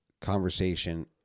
conversation